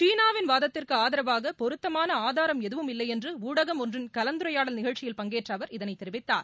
சீனாவின் வாதத்திற்கு ஆதரவாக பொருத்தமான ஆதரம் எதுவும் இல்லை என்று ஊடகம் ஒன்றின் கலந்துரையாடல் நிகழ்ச்சியிர் பங்கேற்ற அவர் இதனைத் தெரிவித்தார்